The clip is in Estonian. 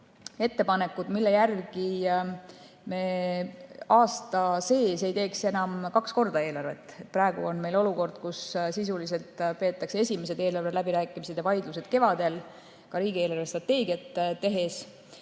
ettepanekut, mille järgi me aasta sees ei teeks enam kaks korda eelarvet. Praegu on meil olukord, kus sisuliselt peetakse esimesed eelarveläbirääkimised ja vaidlused kevadel riigi eelarvestrateegiat tehes